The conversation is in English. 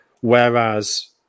Whereas